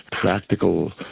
practical